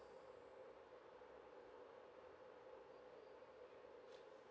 two